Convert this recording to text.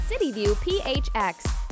CityViewPHX